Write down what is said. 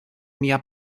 mia